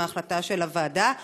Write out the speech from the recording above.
עם ההחלטה של הוועדה?